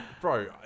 Bro